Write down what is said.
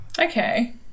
Okay